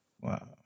Wow